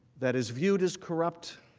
that is viewed as corrupt,